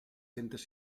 centes